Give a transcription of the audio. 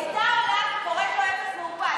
היא הייתה עולה וקוראת לו "אפס מאופס".